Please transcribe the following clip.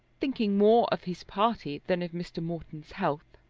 thinking more of his party than of mr. morton's health.